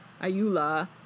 Ayula